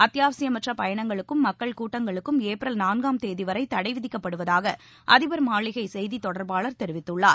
அத்தியாவசியமற்ற பயணங்களுக்கும் மக்கள் கூட்டங்களுக்கும் ஏப்ரல் நான்காம் தேதி வரை தடை விதிக்கப்படுவதாக அதிபர் மாளிகை செய்தித் தொடர்பாளர் தெரிவித்துள்ளார்